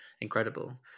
incredible